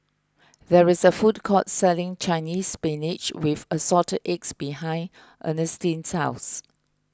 there is a food court selling Chinese Spinach with Assorted Eggs behind Ernestine's house